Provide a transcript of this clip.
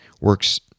Works